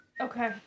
Okay